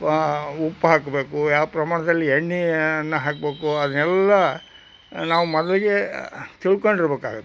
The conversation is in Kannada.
ಉಪ್ಪು ಹಾಕಬೇಕು ಯಾವ ಪ್ರಮಾಣದಲ್ಲಿ ಎಣ್ಣೆಯನ್ನ ಹಾಕಬೇಕು ಅದನ್ನೆಲ್ಲ ನಾವು ಮೊದಲಿಗೆ ತಿಳ್ಕೊಂಡು ಇರಬೇಕಾಗುತ್ತೆ